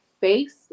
face